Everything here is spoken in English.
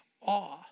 awe